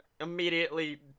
immediately